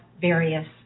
various